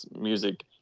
music